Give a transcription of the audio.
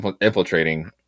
infiltrating